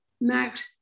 Max